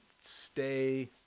Stay